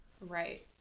Right